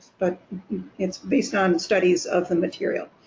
but it's based on studies of the material.